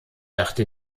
dachte